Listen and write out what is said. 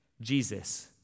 Jesus